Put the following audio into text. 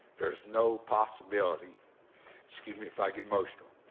there's no possibility excuse me if i get emotional.